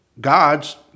God's